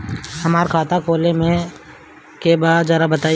हमरा खाता खोले के बा जरा बताई